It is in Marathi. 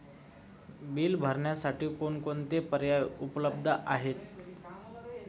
बिल भरण्यासाठी कोणकोणते पर्याय उपलब्ध आहेत?